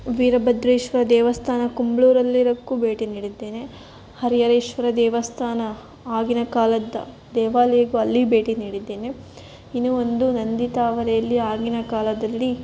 ವೀರಭದ್ರೇಶ್ವರ ದೇವಸ್ಥಾನ ಕುಂಬ್ಳೂರಲ್ಲಿ ಇರೋಕ್ಕೂ ಭೇಟಿ ನೀಡಿದ್ದೇನೆ ಹರಿಹರೇಶ್ವರ ದೇವಸ್ಥಾನ ಆಗಿನ ಕಾಲದ್ದ ದೇವಾಲಯಕೂ ಅಲ್ಲಿ ಭೇಟಿ ನೀಡಿದ್ದೇನೆ ಇನ್ನೂ ಒಂದು ನಂದಿತಾವರೆಯಲ್ಲಿ ಆಗಿನ ಕಾಲದಲ್ಲಿ